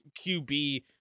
QB